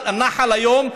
היום,